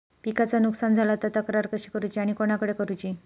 पिकाचा नुकसान झाला तर तक्रार कशी करूची आणि कोणाकडे करुची?